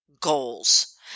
goals